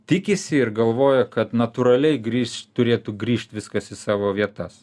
tikisi ir galvoja kad natūraliai grįš turėtų grįžt viskas į savo vietas